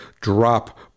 drop